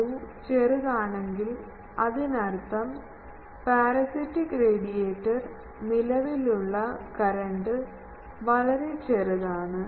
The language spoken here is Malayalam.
Z12 ചെറുതാണെങ്കിൽ അതിനർത്ഥം പരാസിറ്റിക് റേഡിയേറ്റർ നിലവിലുള്ള കറൻറ് വളരെ ചെറുതാണ്